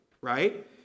Right